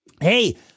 Hey